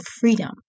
freedom